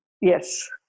Yes